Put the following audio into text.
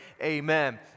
amen